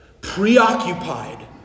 preoccupied